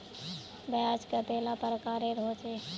ब्याज कतेला प्रकारेर होचे?